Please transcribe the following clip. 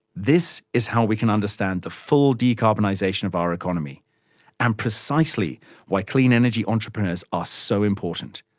this is how we can understand the full decarbonisation of our economy and precisely why clean energy entrepreneurs are so important.